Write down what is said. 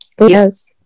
Yes